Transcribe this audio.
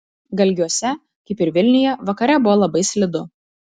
galgiuose kaip ir vilniuje vakare buvo labai slidu